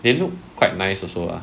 they look quite nice also